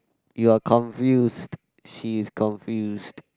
you are confused she is confused